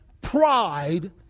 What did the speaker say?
pride